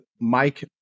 Mike